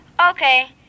Okay